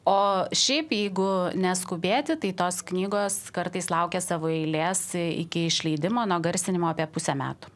o šiaip jeigu neskubėti tai tos knygos kartais laukia savo eilės iki išleidimo nuo garsinimo apie pusę metų